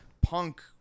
punk